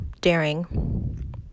daring